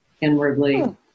inwardly